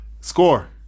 Score